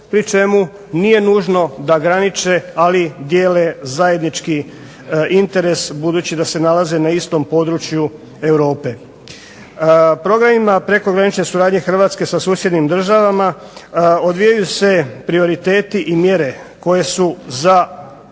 pri čemu nije nužno da graniče, ali dijele zajednički interes budući da se nalaze na istom području Europe. Programima prekogranične suradnje Hrvatske sa susjednim državama odvijaju se prioriteti i mjere koje su za suradnju